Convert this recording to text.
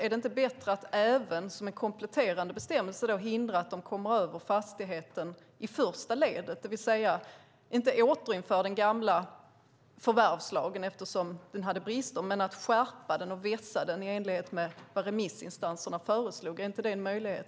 Är det inte bättre att som en kompletterande bestämmelse hindra att de kommer över fastigheten i första ledet, det vill säga inte återinför den gamla förvärvslagen, eftersom den hade brister, men skärper den och vässar den i enlighet med vad remissinstanserna föreslog? Är inte det en möjlighet?